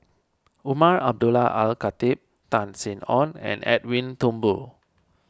Umar Abdullah Al Khatib Tan Sin Aun and Edwin Thumboo